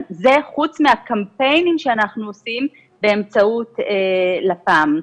זה חוץ מהקמפיין שאנחנו עושים באמצעות לפ"מ.